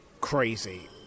crazy